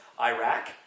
iraq